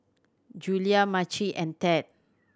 Julia Maci and Ted